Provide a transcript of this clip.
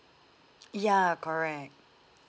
ya correct